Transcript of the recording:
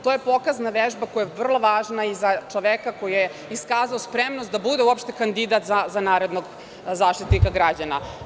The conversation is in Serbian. To je pokazna vežba koja je vrlo važna i za čoveka koji je iskazao spremnost da bude uopšte kandidat za narednog Zaštitnika građana.